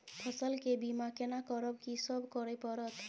फसल के बीमा केना करब, की सब करय परत?